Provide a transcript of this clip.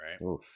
right